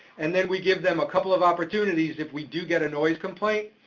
and then we give them a couple of opportunities, if we do get a noise complaint,